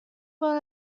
بار